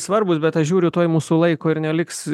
svarbūs bet aš žiūriu tuoj mūsų laiko ir neliks